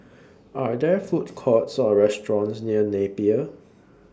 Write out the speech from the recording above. Are There Food Courts Or restaurants near Napier